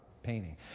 painting